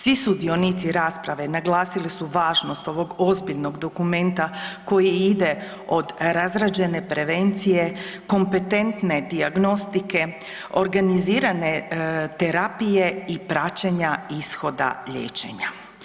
Svi sudionici rasprave naglasili su važnost ovog ozbiljnog dokumenta koji ide od razrađene prevencije, kompetentne dijagnostike, organizirane terapije i praćenja ishoda liječenja.